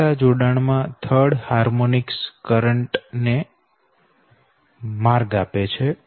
delta જોડાણ third harmonics current ને માર્ગ આપે છે